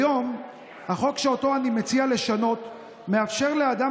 כיום החוק שאותו אני מציע לשנות מאפשר לאדם